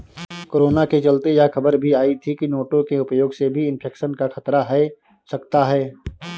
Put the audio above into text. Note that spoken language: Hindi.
कोरोना के चलते यह खबर भी आई थी की नोटों के उपयोग से भी इन्फेक्शन का खतरा है सकता है